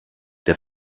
der